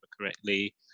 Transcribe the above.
correctly